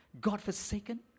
God-forsaken